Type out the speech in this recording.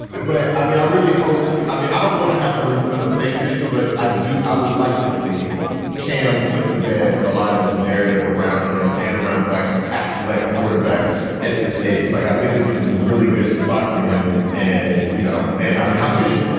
but i mean, i really hope i mean, i don't want to have to root for the patriots, but i do i would like to see cam put to bed. a lot of this narrative around him and around black athletic quarterbacks at this age. like i think this is a really good spot for him. and, you know, ben, i mean, how could it.